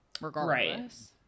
regardless